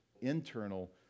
internal